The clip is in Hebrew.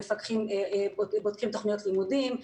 מפקחים בודקים תוכניות לימודים,